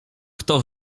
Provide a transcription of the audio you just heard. kto